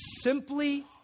simply